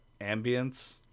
ambience